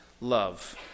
love